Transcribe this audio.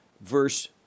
verse